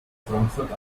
frankfurt